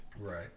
Right